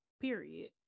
period